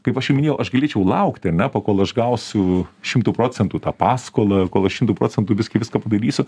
kaip aš ir minėjau aš galėčiau laukti ar ne pakol aš gausiu šimtu procentų tą paskolą kol aš šimtu procentų biskį viską padarysiu